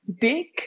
big